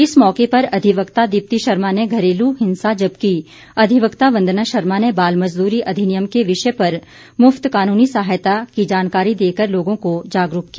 इस मौके पर अधिवक्ता दिप्ति शर्मा ने घरेलू हिंसा जबकि अधिवक्ता वंदना शर्मा ने बाल मजदूरी अधिनियम के विषय पर मुफ्त कानूनी सहायता की जानकारी देकर लोगों को जागरूक किया